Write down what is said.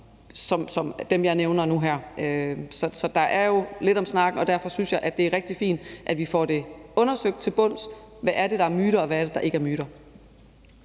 som dem, jeg nævnte nu her. Så der er jo lidt om snakken, og derfor synes jeg, at det er rigtig fint, at vi får undersøgt til bunds, hvad der er myter, og hvad der ikke er myter.